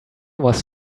was